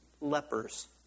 lepers